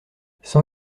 cent